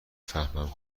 فهمم